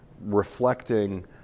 reflecting